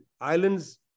Islands